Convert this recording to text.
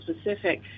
specific